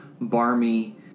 barmy